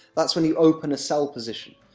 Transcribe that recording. that's when you open a sell position.